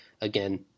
Again